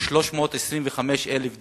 ל-325,000 דונם.